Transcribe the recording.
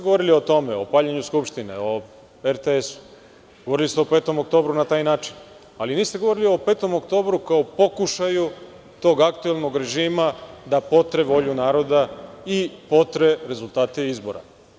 Govorili ste o tome, o paljenju Skupštine, o RTS-u, govorili ste o 5. oktobru na taj način, ali niste govorili o 5. oktobru kao pokušaju tog aktuelnog režima da potre volju naroda i potre rezultate izbora.